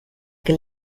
che